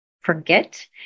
forget